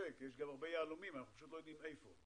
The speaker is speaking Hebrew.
יש גם הרבה יהלומים, אנחנו פשוט לא יודעים איפה.